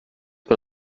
con